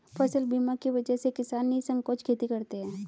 फसल बीमा की वजह से किसान निःसंकोच खेती करते हैं